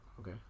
okay